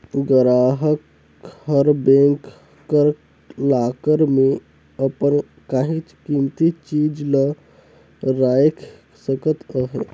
गराहक हर बेंक कर लाकर में अपन काहींच कीमती चीज ल राएख सकत अहे